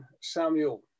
Samuel